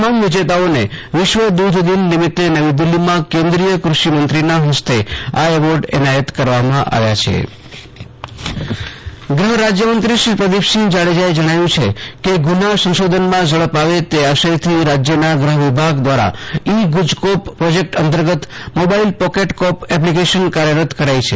તમામ વિજે તાઓ ને વિશ્વ દૂધ દિન નિમિત્તો નવી દિલ્હીમાં કેન્દ્રીય ક્રષિમંત્રીના હસ્તે આ એ વો ર્ડ એનાયત કરવામાં આવ્યા છે મોબાઈલ પોકેટ કોમ એપ્લિકેશન ગૃહરાજ્યમંત્રી પ્રદિપસિંહ જાડેજાએ જણાવ્યું છે કે ગુન્હા સંશોધન માટે ઝડપ આવે તે આશયથી રાજ્યના ગૃહ વિભાગ દ્વારા ઇ ગુજકોપ પ્રોજેકટ અંતર્ગત મોબાઇલ પૉકેટ કોમ એપ્લિકેશન કાર્યરત કરાઇ છે